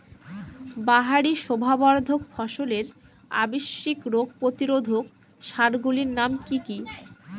বাহারী শোভাবর্ধক ফসলের আবশ্যিক রোগ প্রতিরোধক সার গুলির নাম কি কি?